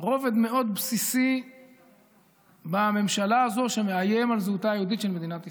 רובד מאוד בסיסי בממשלה הזו שמאיים על זהותה היהודית של מדינת ישראל.